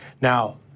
Now